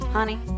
Honey